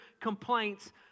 complaints